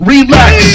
Relax